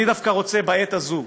אני דווקא רוצה בעת הזו,